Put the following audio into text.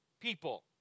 people